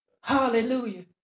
Hallelujah